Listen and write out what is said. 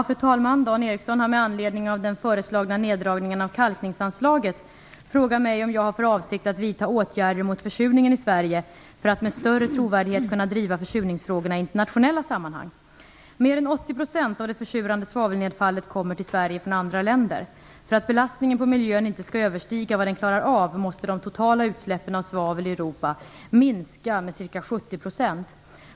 Fru talman! Dan Ericsson har med anledning av den föreslagna neddragningen av kalkningsanslaget frågat mig om jag har för avsikt att vidta åtgärder mot försurningen i Sverige för att med större trovärdighet kunna driva försurningsfrågorna i internationella sammanhang. Mer än 80 % av det försurande svavelnedfallet kommer till Sverige från andra länder. För att belastningen på miljön inte skall överstiga vad miljön klarar av måste de totala utsläppen av svavel i Europa minska med ca 70 %.